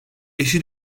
eşi